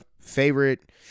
favorite